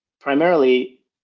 primarily